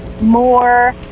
more